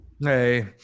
Hey